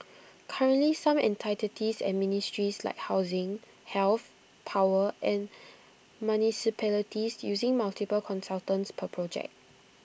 currently some entities and ministries like housing health power and municipalities use multiple consultants per project